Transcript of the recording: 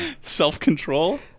Self-control